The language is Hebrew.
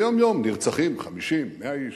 ויום-יום נרצחים 50, 100 איש,